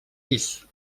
llis